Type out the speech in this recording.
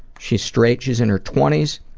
she's straight she's in her twenty s.